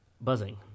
buzzing